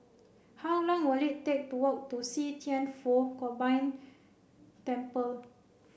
how long will it take to walk to See Thian Foh Combined Temple